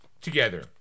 together